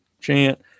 chant